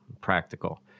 practical